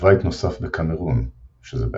ובית נוסף בקמרון, שזה באפריקה.